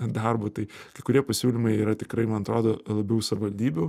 darbu tai kai kurie pasiūlymai yra tikrai man atrodo labiau savivaldybių